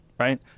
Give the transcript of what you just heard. Right